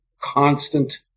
constant